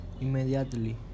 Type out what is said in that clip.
Immediately